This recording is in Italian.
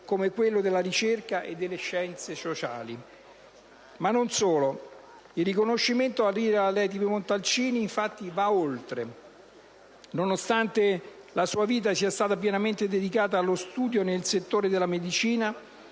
come quello della ricerca e delle scienze sociali. Ma non solo. Il riconoscimento a Rita Levi-Montalcini, infatti, va oltre. Nonostante la sua vita sia stata pienamente dedicata allo studio nel settore della medicina,